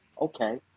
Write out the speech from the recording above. okay